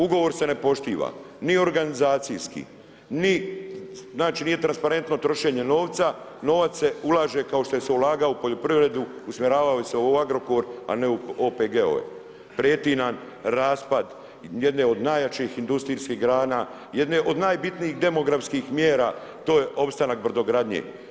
Ugovor se ne poštiva, ni organizacijski, ni znači, nije transparentno trošenje novca, novac se ulaže kao što se je ulagao u poljoprivredu, usmjeravao se je u Agrokor, a ne u OPG-ove, prijeti nam raspad jedne od najjačih industrijskih grana, jedne od najbitnijih demografskih mjera, to je opstanak brodogradnje.